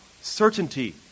certainty